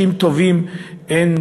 שאנשים תובעים בהפגנות,